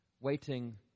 waiting